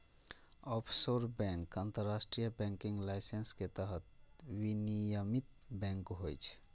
offshore bank अंतरराष्ट्रीय banking licence के तहत विनियमित बैंक होइ छै